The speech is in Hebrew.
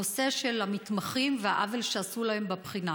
הנושא של המתמחים והעוול שעשו להם בבחינה.